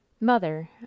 Mother